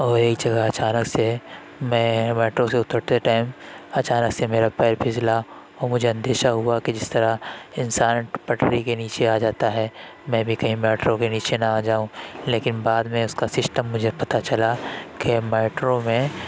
اور ایک جگہ اچانک سے میں میٹرو سے اترتے ٹائم اچانک سے میرا پیر پھسلا اور مجھے اندیشہ ہوا کہ جس طرح انسان پٹری کے نیچے آ جاتا ہے میں بھی کہیں میٹرو کے نیچے نہ آ جاؤں لیکن بعد میں اس کا سسٹم مجھے پتہ چلا کہ میٹرو میں